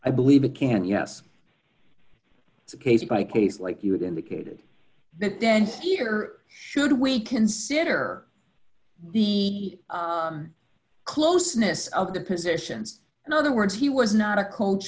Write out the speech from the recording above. i believe it can yes it's a case by case like you had indicated but then here should we consider the closeness of the positions in other words he was not a coach